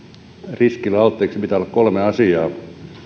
riskille alttiiksi pitää olla kolme asiaa